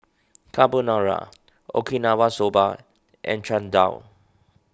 Carbonara Okinawa Soba and Chana Dal